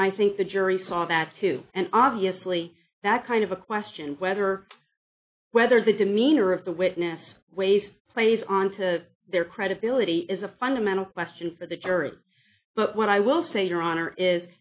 and i think the jury saw that too and obviously that kind of a question whether whether the demeanor of the witness ways plays on to their credibility is a fundamental question for the jury but what i will say your honor is